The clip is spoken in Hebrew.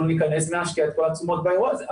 אנחנו ניכנס ונשקיע את כל התשומות באירוע הזה.